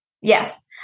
Yes